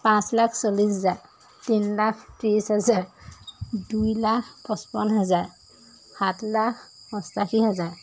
পাঁচ লাখ চল্লিছ হেজাৰ তিনি লাখ ত্ৰিছ হেজাৰ দুই লাখ পঁচপন্ন হেজাৰ সাত লাখ অষ্টাশী হেজাৰ